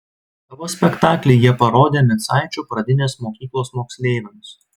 savo spektaklį jie parodė micaičių pradinės mokyklos moksleiviams